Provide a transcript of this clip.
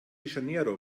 janeiro